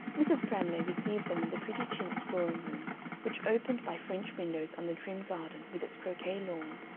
mrs. pramlay received them in the pretty chintz drawing-room which opened by french windows on the trim garden, with its croquet lawn,